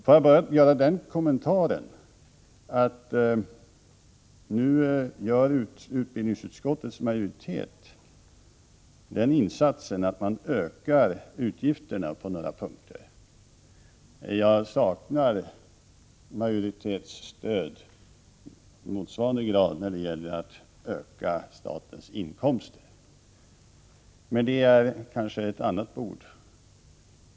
Får jag bara göra den kommentaren att utbildningsutskottets majoritet nu gör den insatsen att man ökar utgifterna på några punkter. Jag saknar majoritetsstöd i motsvarande grad när det gäller att öka statens inkomster — men det är kanske ett annat bord.